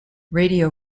radio